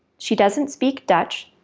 she doesn't speak dutch,